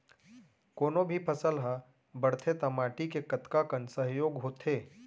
कोनो भी फसल हा बड़थे ता माटी के कतका कन सहयोग होथे?